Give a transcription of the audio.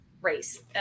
race